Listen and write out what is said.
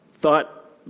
thought